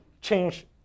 change